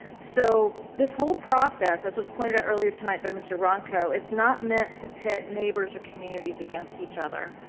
so this whole process, as was pointed out earlier tonight by mr. runco, it's not meant to pit neighbors or communities against each other.